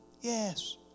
Yes